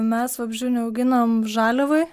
mes vabzdžių neauginam žaliavai